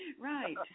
right